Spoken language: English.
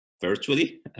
virtually